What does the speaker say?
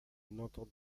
notre